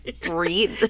breathe